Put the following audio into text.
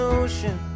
ocean